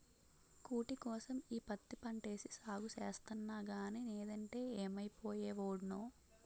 కూటికోసం ఈ పత్తి పంటేసి సాగు సేస్తన్నగానీ నేదంటే యేమైపోయే వోడ్నో